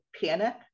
Panic